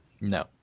No